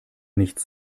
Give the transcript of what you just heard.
nichts